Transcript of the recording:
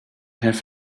have